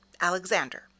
Alexander